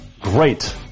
great